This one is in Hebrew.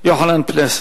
חבר הכנסת יוחנן פלסנר.